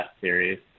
series